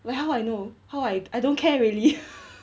well I know how I I don't care really